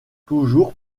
toujours